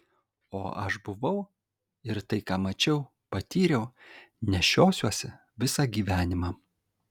o aš buvau ir tai ką mačiau patyriau nešiosiuosi visą gyvenimą